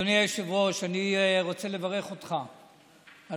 אדוני היושב-ראש, אני רוצה לברך אותך על